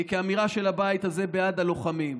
כאמירה של הבית הזה בעד הלוחמים.